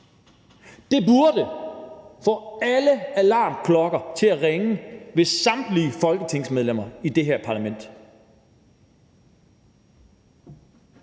Det burde få alle alarmklokker til at ringe hos samtlige medlemmer af det her Folketing,